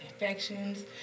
infections